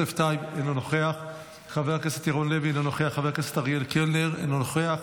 אינו נוכח, חבר הכנסת יוסף טייב, אינו נוכח,